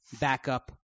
backup